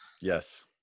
Yes